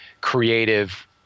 creative